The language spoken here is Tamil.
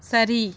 சரி